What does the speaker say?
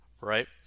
right